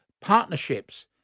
partnerships